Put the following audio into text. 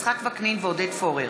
יצחק וקנין ועודד פורר.